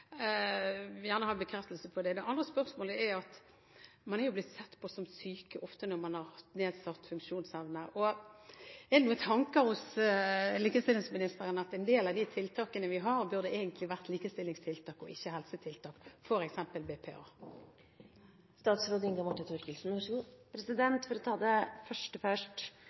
vil gjerne ha en bekreftelse på det. Det andre spørsmålet mitt er: Man har ofte blitt sett på som syk når man har nedsatt funksjonsevne. Har likestillingsministeren noen tanker om at en del av de tiltakene vi har, egentlig burde vært likestillingstiltak og ikke helsetiltak, f.eks. BPA? For å ta det første først